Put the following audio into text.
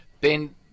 Ben